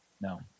No